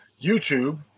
YouTube